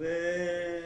לזה